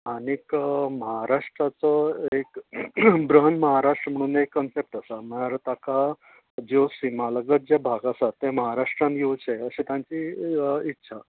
आनीक म्हाराष्ट्राचो एक भ्रहन म्हाराष्ट्र म्हणून एक कन्सेप्ट आसा म्हाळ्यार ताका ज्यो सिमा लगत जे भाग आसा ते म्हाराष्ट्रान येवचें अशें तांची इत्छा